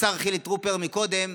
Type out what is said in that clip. לשר חילי טרופר קודם